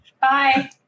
Bye